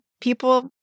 people